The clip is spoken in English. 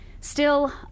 still-